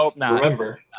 Remember